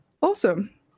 Awesome